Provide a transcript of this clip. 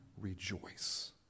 rejoice